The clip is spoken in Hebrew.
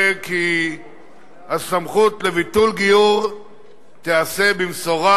כי הסמכות לביטול גיור תיעשה במשורה,